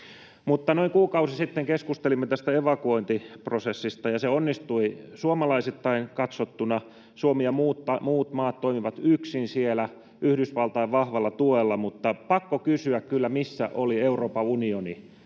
Noin kuukausi sitten keskustelimme evakuointiprosessista, ja se onnistui suomalaisittain katsottuna. Suomi ja muut maat toimivat siellä yksin, Yhdysvaltain vahvalla tuella, mutta on pakko kyllä kysyä, missä oli Euroopan unioni